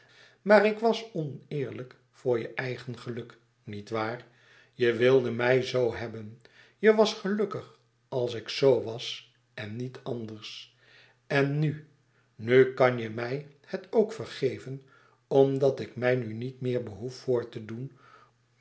maar ik was oneerlijk voor je eigen geluk niet waar je wilde mij zoo hebben je was gelukkig als ik zo was en niet anders en nu nu kan je mij het ook vergeven omdat ik mij nu niet meer behoef voor te doen